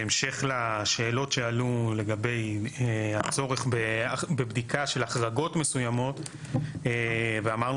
בהמשך לשאלות שעלו לגבי הצורך בבדיקה של החרגות מסוימות ואמרנו